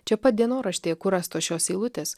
čia pat dienoraštį kur rastos šios eilutės